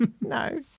No